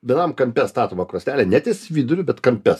vienam kampe statoma krosnelė ne ties viduriu bet kampe